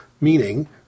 Meaning